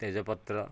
ତେଜପତ୍ର